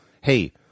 hey